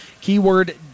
keyword